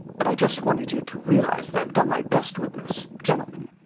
but i just wanted you to realise that i've done my best with this gentleman.